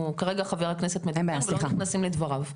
כרגע חבר הכנסת מדבר ולא נכנסים לדבריו.